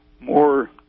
more